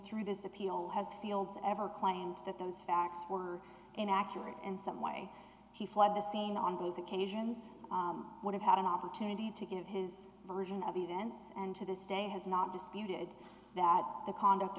through this appeal has fields ever claimed that those facts were inaccurate in some way he fled the scene on both occasions would have had an opportunity to give his version of events and to this day has not disputed that the conduct